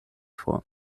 vor